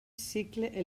cicle